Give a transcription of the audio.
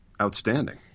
outstanding